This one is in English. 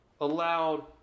allowed